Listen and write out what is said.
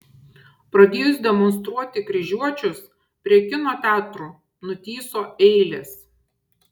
pradėjus demonstruoti kryžiuočius prie kino teatrų nutįso eilės